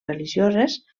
religioses